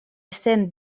cent